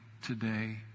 today